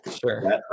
sure